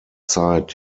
zeit